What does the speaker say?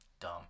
Dumb